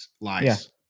lies